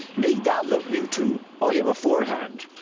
nay, that look you to, i am afore-hand.